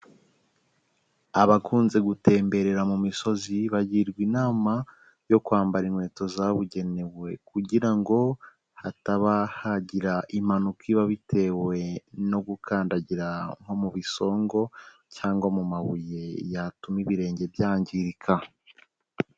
Abakunze gutemberera mu misozi, bagirwa inama yo kwambara inkweto zabugenewe kugira ngo hataba hagira impanuka iba bitewe no gukandagira nko mu bisongo cyangwa mu mabuye yatuma ibirenge byangirika.